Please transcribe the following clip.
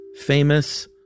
famous